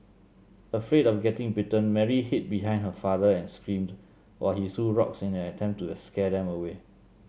afraid of getting bitten Mary hid behind her father and screamed while he threw rocks in an attempt to scare them away